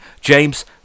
james